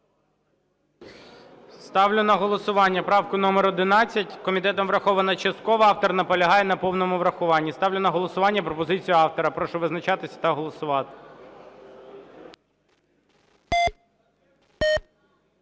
Ставлю на голосування правку номер 11. Комітетом врахована частково. Автор наполягає на повному врахуванні. Ставлю на голосування пропозицію автора. Прошу визначатися та голосувати.